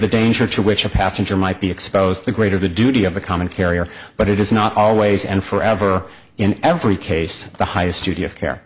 the danger to which a passenger might be exposed the greater the duty of a common carrier but it is not always and forever in every case the highest duty of care